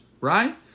right